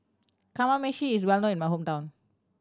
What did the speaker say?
kamameshi is well known in my hometown